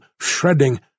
shredding